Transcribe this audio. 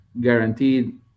guaranteed